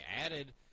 added